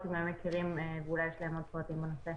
אם הם מכירים ואולי יש להם עוד פרטים על זה.